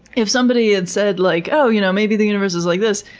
if somebody had said like oh you know, maybe the universe is like this,